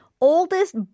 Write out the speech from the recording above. Oldest